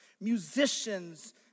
musicians